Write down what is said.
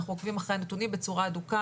אנחנו עוקבים אחרי הנתונים בצורה הדוקה